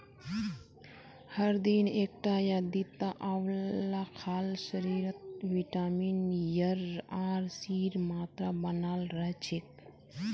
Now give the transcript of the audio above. हर दिन एकटा या दिता आंवला खाल शरीरत विटामिन एर आर सीर मात्रा बनाल रह छेक